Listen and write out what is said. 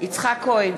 יצחק כהן,